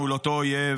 מול אותו אויב,